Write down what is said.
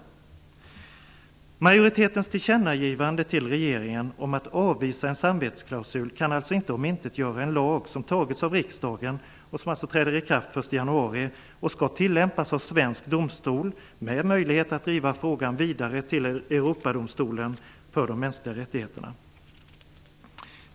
Majoritetens tillkännagivande till regeringen om att avvisa en samvetsklausul kan alltså inte omintetgöra en lag som beslutats av riksdagen och som träder i kraft den 1 januari och skall tillämpas av svensk domstol och som ger möjlighet att driva frågan vidare till Europadomstolen för de mänskliga rättigheterna.